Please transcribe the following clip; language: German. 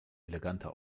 eleganter